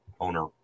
owner